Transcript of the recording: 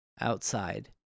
outside